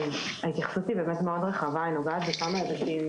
ההתייחסות היא מאוד רחבה, היא נוגעת בכמה היבטים